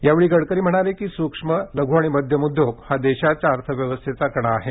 यावेळी गडकरी म्हणाले की सूक्ष्म लघू आणि मध्यम उद्योग हा देशाच्या अर्थव्यवस्थेचा कणा आहे